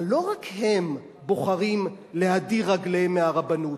אבל לא רק הם בוחרים להדיר רגליהם מהרבנות.